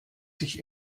sich